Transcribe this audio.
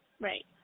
Right